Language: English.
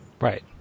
Right